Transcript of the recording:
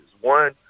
One